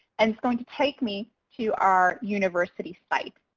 and it's going to take me to our university site.